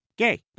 Gay